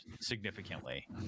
significantly